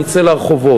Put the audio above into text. אני אצא לרחובות.